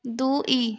ଦୁଇ